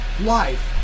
life